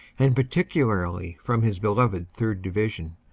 and particularly from his be loved third. division,